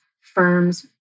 firms